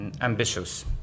ambitious